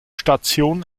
station